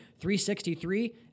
363